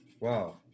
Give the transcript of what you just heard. wow